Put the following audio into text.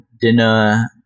dinner